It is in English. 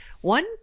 one